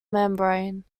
membrane